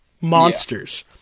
monsters